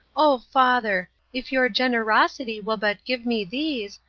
oh, father! if your generosity will but give me these,